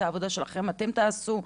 את העבודה שלכם אתם תעשו,